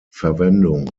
verwendung